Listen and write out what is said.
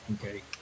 Okay